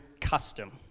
custom